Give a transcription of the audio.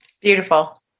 Beautiful